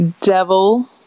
devil